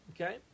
Okay